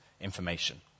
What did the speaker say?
information